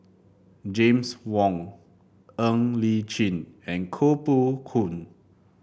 James Wong Ng Li Chin and Koh Poh Koon